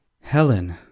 Helen